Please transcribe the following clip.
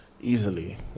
easily